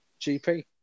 GP